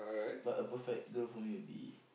but a perfect girl for me would be